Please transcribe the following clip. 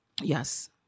Yes